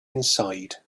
inside